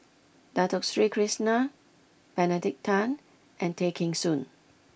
Dato Sri Krishna Benedict Tan and Tay Kheng Soon